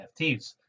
nfts